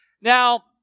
Now